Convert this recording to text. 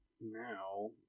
Now